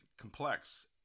complex